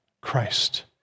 Christ